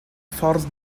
ffordd